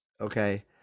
Okay